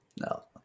No